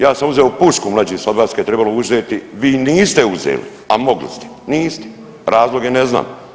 Ja sam uzeo pušku mlađi sam od vas kad je trebalo uzeti, vi niste uzeli, a mogli ste, niste, razloge ne znam.